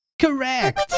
correct